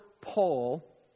Paul